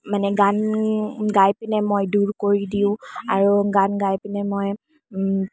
মানে গান গাই পিনে মই দূৰ কৰি দিওঁ আৰু গান গাই পিনে মই